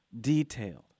detailed